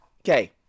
okay